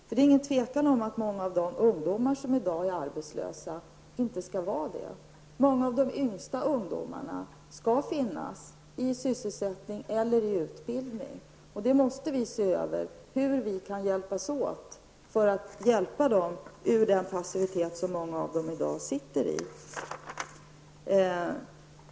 Det är inget tvivel om att många av de ungdomar som i dag är arbetslösa inte skall vara det. Många av de yngsta ungdomarna skall finnas i sysselsättning eller i utbildning, och vi måste gå igenom hur vi kan hjälpas åt för att få dem att komma bort från den passivitet som många av dem i dag sitter fast i.